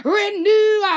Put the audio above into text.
renew